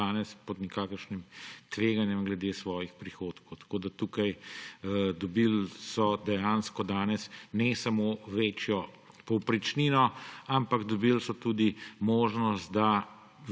danes pod nikakršnim tveganjem glede svojih prihodkov. Tako so dejansko dobili danes ne samo večjo povprečnino, ampak dobili so tudi možnost, da